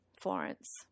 Florence